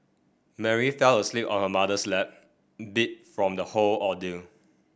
Mary fell asleep on her mother's lap beat from the whole ordeal